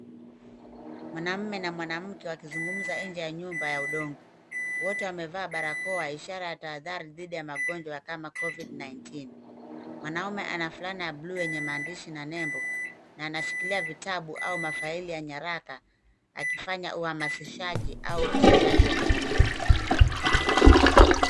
Mwanamume na mwanamke, wakizungumzqa nje ya nyumba ya udongo. Wote wamevaa barakoa ishara ya tahadhari dhidi ya magonjwa, kama COVID-nineteen . Mwanaume ana shati ya blue yenye maandishi na nembo, na anashikilia vitabu, au mafaili ya nyaraka, akifanya uhamasishaji, au ukusanyaji wa taarifa.